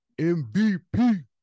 MVP